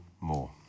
more